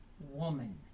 woman